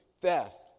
theft